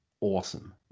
awesome